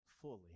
fully